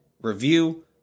review